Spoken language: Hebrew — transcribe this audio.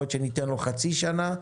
יכול להיות שניתן לו חצי שנה.